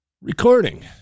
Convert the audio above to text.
Recording